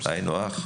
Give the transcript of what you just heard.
היינו הך,